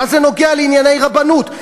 מה זה קשור לענייני רבנות?